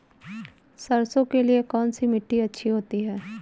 सरसो के लिए कौन सी मिट्टी अच्छी होती है?